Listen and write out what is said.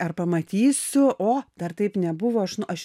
ar pamatysiu o dar taip nebuvo aš no aš